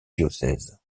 diocèses